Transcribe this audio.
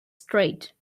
straight